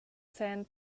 sand